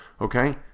Okay